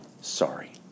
sorry